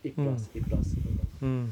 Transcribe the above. eight plus eight plus per month